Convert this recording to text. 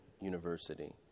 university